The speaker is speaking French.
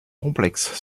complexe